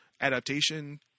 adaptation